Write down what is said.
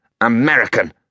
American